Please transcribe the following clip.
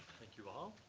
thank you, all.